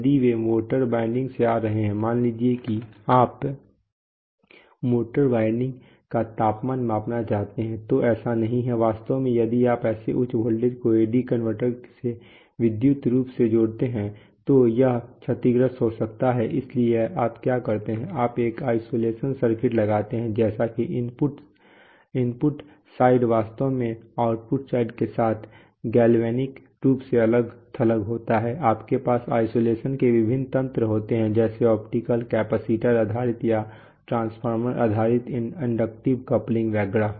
यदि वे motor winding से आ रहे हैं मान लीजिए कि आप मोटर वाइंडिंग का तापमान मापना चाहते हैं तो ऐसा नहीं है वास्तव में यदि आप ऐसे उच्च वोल्टेज को AD कन्वर्टर से विद्युत रूप से जोड़ते हैं तो यह क्षतिग्रस्त हो सकता है इसलिए आप क्या करते हैं आप एक आइसोलेशन सर्किट लगाते हैं जैसे कि इनपुट साइड वास्तव में आउटपुट साइड के साथ गैल्वेनिक रूप से अलग थलग होता है आपके पास आइसोलेशन के विभिन्न तंत्र होते हैं जैसे ऑप्टिकल कैपेसिटर आधारित या ट्रांसफॉर्मर आधारित इंडक्टिव कपलिंग वगैरह